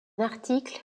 article